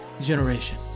generation